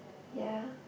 ya